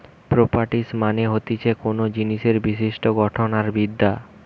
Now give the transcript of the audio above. properties মানে হতিছে কোনো জিনিসের বিশিষ্ট গঠন আর বিদ্যা